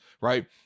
right